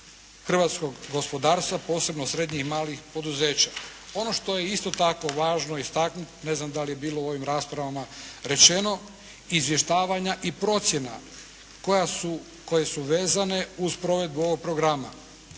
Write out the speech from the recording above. hrvatskog gospodarstva posebno srednjih i malih poduzeća. Ono što je isto tako važno istaknuti, ne znam da li je bilo u ovim raspravama rečeno izvještavanja i procjena koje su vezane uz provedbu ovog programa.